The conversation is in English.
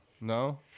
no